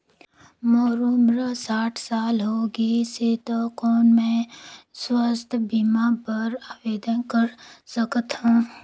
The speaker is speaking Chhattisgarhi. मोर उम्र साठ साल हो गे से त कौन मैं स्वास्थ बीमा बर आवेदन कर सकथव?